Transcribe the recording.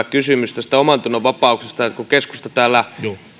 kysymys omantunnonvapaudesta kun keskusta täällä